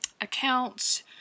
accounts